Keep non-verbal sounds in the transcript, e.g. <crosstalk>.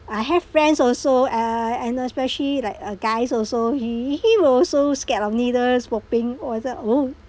I have friends also uh and especially like uh guys also he he will also scared of needles whopping oh he said <noise>